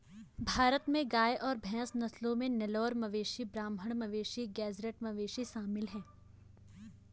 भारत में गाय और भैंस नस्लों में नेलोर मवेशी ब्राह्मण मवेशी गेज़रैट मवेशी शामिल है